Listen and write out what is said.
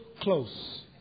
close